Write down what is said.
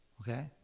Okay